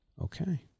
okay